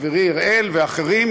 חברי אראל ואחרים,